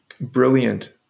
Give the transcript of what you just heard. brilliant